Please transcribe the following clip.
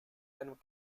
einem